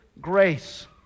grace